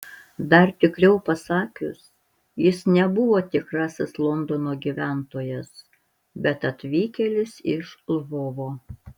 dar tikriau pasakius jis nebuvo tikrasis londono gyventojas bet atvykėlis iš lvovo